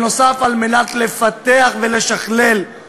זוהיר עובר לאריאל.